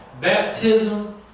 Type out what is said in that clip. Baptism